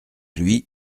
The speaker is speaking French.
lui